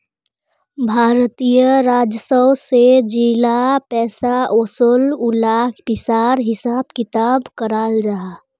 भारतीय राजस्व से जेला पैसा ओसोह उला पिसार हिसाब किताब कराल जाहा